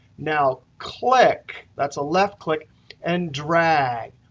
now click that's a left click and drag.